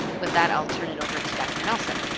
with that, i'll turn it over to dr. nelson.